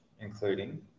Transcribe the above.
including